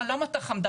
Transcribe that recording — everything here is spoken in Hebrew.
למה אתה חמדן?